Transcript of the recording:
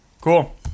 Cool